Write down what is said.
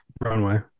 runway